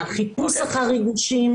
והחיפוש אחר ריגושים.